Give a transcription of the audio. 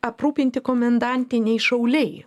aprūpinti komendantiniai šauliai